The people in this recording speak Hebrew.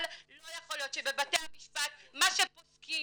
אבל לא יכול להיות שבבתי המשפט מה שפוסקים